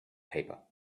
paper